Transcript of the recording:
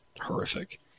horrific